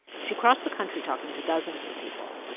she crossed the country talking to dozens of people,